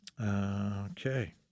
Okay